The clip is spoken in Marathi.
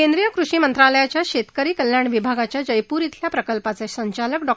केंद्रीय कृषी मंत्रालयाच्या शेतकरी कल्याण विभागाच्या जयपूर श्विल्या प्रकल्पाचे संचालक डॉ